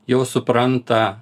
jau supranta